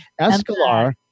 Escalar